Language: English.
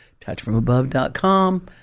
touchfromabove.com